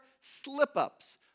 slip-ups